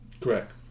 Correct